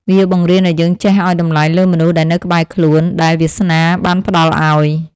វាបង្រៀនឱ្យយើងចេះឱ្យតម្លៃលើមនុស្សដែលនៅក្បែរខ្លួន ដែលវាសនាបានផ្ដល់ឱ្យ។